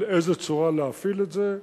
על איזו צורה להפעיל את זה.